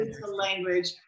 language